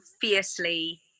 fiercely